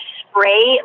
spray